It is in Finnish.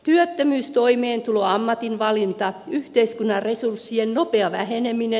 työttömyys toimeentulo ammatinvalinta yhteiskunnan resurssien nopea väheneminen